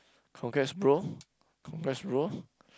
congrats bro congrats bro